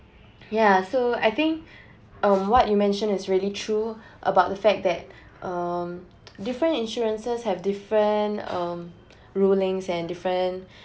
ya so I think um what you mentioned is really true about the fact that um different insurances have different um rulings and different